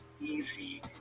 easy